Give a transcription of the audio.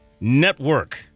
network